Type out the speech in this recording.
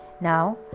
Now